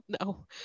no